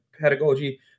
Pedagogy